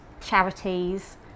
charities